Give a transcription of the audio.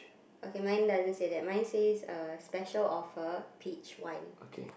okay mine doesn't say that mine says uh special offer peach wine